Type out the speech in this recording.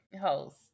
host